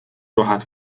راحت